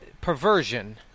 perversion